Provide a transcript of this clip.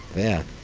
yeah,